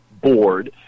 board